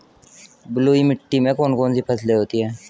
बलुई मिट्टी में कौन कौन सी फसलें होती हैं?